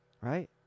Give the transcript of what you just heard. right